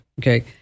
okay